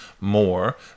more